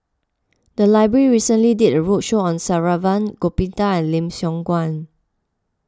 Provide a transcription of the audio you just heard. the library recently did a roadshow on Saravanan Gopinathan and Lim Siong Guan